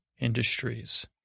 industries